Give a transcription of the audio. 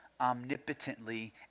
omnipotently